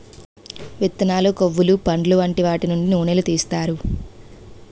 విత్తనాలు, కొవ్వులు, పండులు వంటి వాటి నుండి నూనెలు తీస్తారు